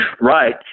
Right